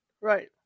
right